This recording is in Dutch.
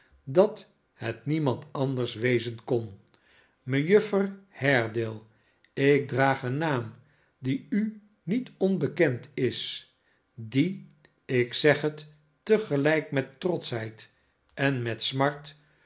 dat het niemand anders wezen kon mejuffer haredale ik draag een naam die u niet onbekend is die ik zeg het te gelijk met trotschheid en met smart